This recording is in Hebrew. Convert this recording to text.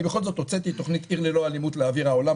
אני בכל זאת הוצאתי את תוכנית עיר ללא אלימות לאוויר העולם,